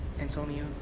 Antonio